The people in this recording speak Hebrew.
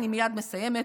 אני מייד מסיימת.